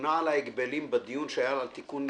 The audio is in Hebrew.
שהממונה על ההגבלים בדיון שהיה על תיקון מס'